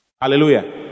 Hallelujah